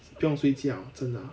不用睡觉真的